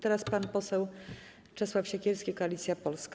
Teraz pan poseł Czesław Siekierski, Koalicja Polska.